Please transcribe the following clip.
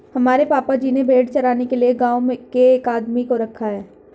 हमारे पापा जी ने भेड़ चराने के लिए गांव के एक आदमी को रखा है